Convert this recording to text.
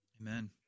Amen